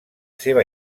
seva